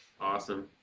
Awesome